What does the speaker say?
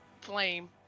flame